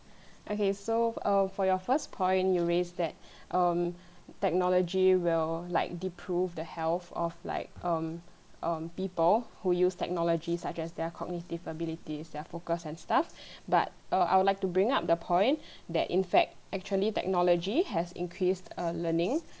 okay so err for your first point you raised that um technology will like deprove the health of like um um people who use technology such as their cognitive abilities their focus and stuff but err I would like to bring up the point that in fact actually technology has increased err learning